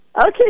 Okay